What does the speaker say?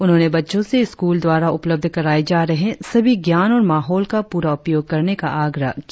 उन्होंने बच्चों से स्कूल द्वारा उपलब्ध कराये जा रहे सभी ज्ञान और माहौल का पूरा उपयोग करने का आग्रह किया